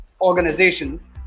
organizations